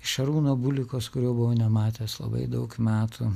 iš šarūno bulikos kurio buvau nematęs labai daug metų